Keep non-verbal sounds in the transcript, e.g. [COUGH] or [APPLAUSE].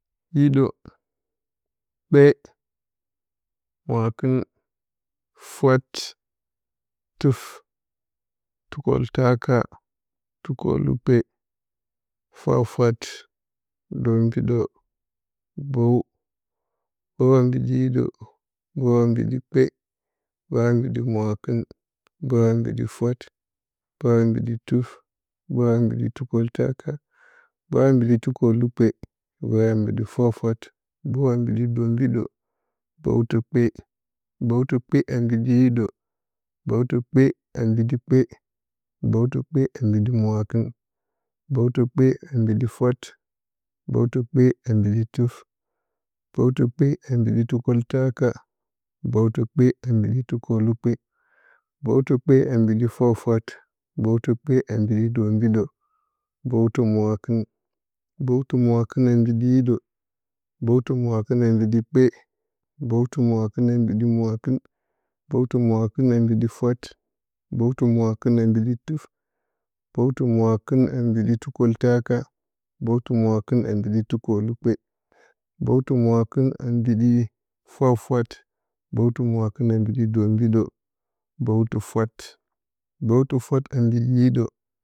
Hiɗə, kpe, mwakən, fwat, tɨt, tukoltaka, tukolukpe, fwat-fwat, do mbi ɗə, ɓəw, bəw a mbiɗi hiɗə, ɓəw a mbiɗi kpe, bəw a mbiɗi mwakɨn, bəw a mbiɗi fwat, bəw a mbiɗi tɨf, bəw a mbiɗi tukoltaka, [UNINTELLIGIBLE] bəw a mbiɗi fwat-fwat, bəw ambiɗi dombiɗə bəw tə kpe bəw tə kpe ambiɗi hiɗi, bəw tə kpe a mbiɗi kpe, bəw tə kpe ambiɗi mwakɨn, bəw tə kpe ambiɗi fwat, bəw tə kpe ambiɗi tɨf, bəw tə kpe ambiɗi tukoltaka, bəw tə kpe ambiɗi tukolukpe, bəw tə kpe ambiɗi fwat-fwat, bəw tə kpe a mbiɗi dombiɗə, bəw tə mwakɨn bəw tə mwakɨn a mbiɗi hiɗə, bəw tə mwakɨn ambiɗi kpe, bəw tə mwakɨn ambiɗi mwakɨn bəw tə mwakɨn a mbiɗi fwat, bəw tə mwakɨn a mbiɗi tɨf, bəw tə mwakɨna mbiɗ tukoltaka, bəw tə mwakɨn a mbiɗi tukalukpe, bəw tə mwakɨn a mbiɗi fwat-fwat bəw tə mwakɨn a mbiɗi dombidə, bəw tə fwat, bəw tə fwat a mbiɗi hiɗə.